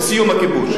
וסיום הכיבוש.